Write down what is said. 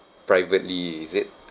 privately is it